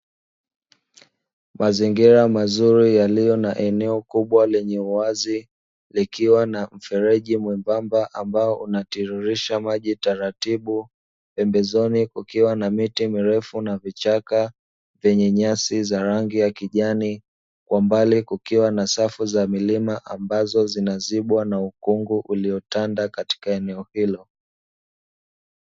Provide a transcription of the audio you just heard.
Mazingira mazuri yaliyo na eneo kubwa lenye uwazi likiwa na mfereji mwembamba ambao unatiririsha maji taratibu, pembezoni kukiwa na miti mirefu na vichaka vyenye nyasi za kijani kwa mbali kukiwa na safu za milima ambazo zinazibwa na ukungu uliotanda katika eneo hilo.